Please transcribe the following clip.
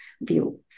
view